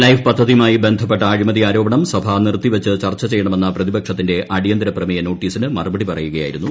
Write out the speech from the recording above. life പദ്ധതിയുമായി ബന്ധപ്പെട്ട അഴിമതി ആരോപണം സഭ നിർത്തിപ്പിച്ചു ചർച്ച ചെയ്യണമെന്ന പ്രതിപക്ഷത്തിന്റെ അടിയന്തരി പ്രിമേയ നോട്ടീസിന് മറുപടി പറയുകയായിരുന്നു മന്ത്രി